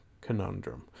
conundrum